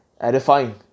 edifying